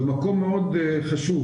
במקום מאוד חשוב,